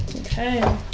Okay